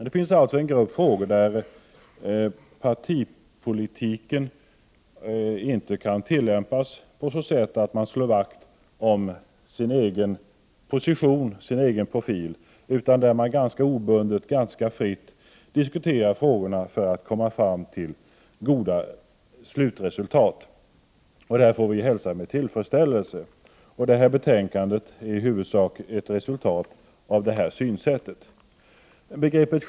Det finns alltså en grupp frågor där partipolitiken inte kan tillämpas så att man slår vakt om sin egen position och sin egen profil utan där man ganska obundet och fritt diskuterar frågorna för att komma fram till goda slutresultat. Detta hälsar vi med tillfredsställelse. Föreliggande betänkande är i huvudsak ett resultat av det synsättet.